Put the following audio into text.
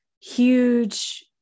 Huge